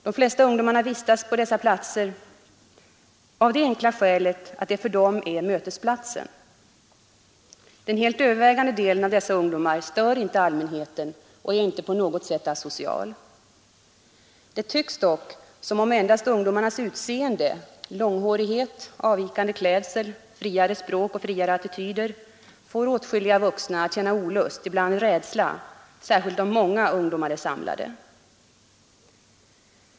De flesta ungdomar vistas på dessa platser av det enkla skälet att detta för dem är mötesplatsen. Den helt övervägande delen av dessa ungdomar stör inte allmänheten och är inte på något sätt asocial. Det tycks dock som om endast ungdomarnas utseende — långhårighet, avvikande klädsel, friare språk och friare attityder — får åtskilliga vuxna att känna olust, ibland rädsla, särskilt om många ungdomar är samlade.